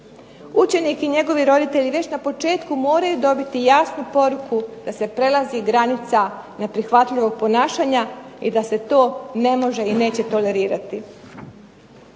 učenik i njegovi roditelji već na početku moraju dobiti jasnu poruku da se prelazi granica neprihvatljivog ponašanja i da se to ne može i neće tolerirati.